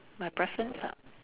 my preference ah